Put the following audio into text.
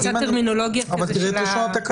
כי זה קצת טרמינולוגיה של --- אבל תראה את לשון התקנות.